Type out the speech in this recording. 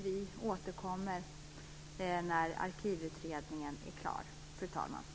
Vi återkommer när arkivutredningen är klar, fru talman.